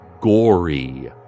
gory